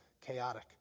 chaotic